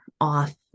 off